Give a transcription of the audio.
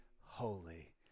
holy